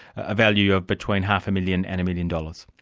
a value of between half a million and a million dollars.